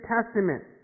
Testament